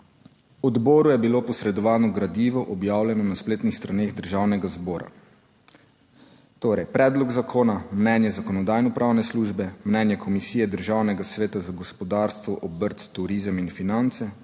Odboru je bilo posredovano gradivo, objavljeno na spletnih straneh Državnega zbora, torej predlog zakona, mnenje Zakonodajno-pravne službe, mnenje Komisije Državnega sveta za gospodarstvo, obrt, turizem in finance,